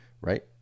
right